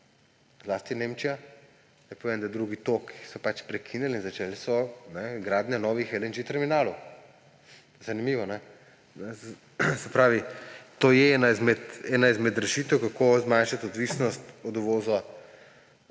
zlasti Nemčija. Naj povem, da drugi tok so pač prekinili in začeli so z gradnjo novih LNG terminalov, zanimivo. To je ena izmed rešitev, kako zmanjšati odvisnost od uvoza